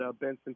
Benson